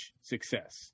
success